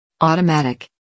Automatic